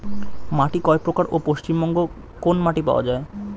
মাটি কয় প্রকার ও পশ্চিমবঙ্গ কোন মাটি পাওয়া য়ায়?